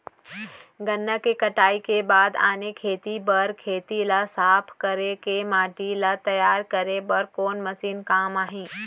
गन्ना के कटाई के बाद आने खेती बर खेत ला साफ कर के माटी ला तैयार करे बर कोन मशीन काम आही?